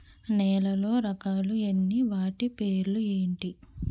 నేలలో రకాలు ఎన్ని వాటి పేర్లు ఏంటి?